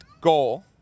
goal